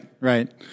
right